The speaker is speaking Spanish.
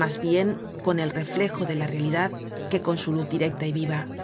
mas bien con el reflejo de la realidad que con su luz directa y viva